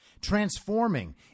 transforming